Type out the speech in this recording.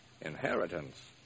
Inheritance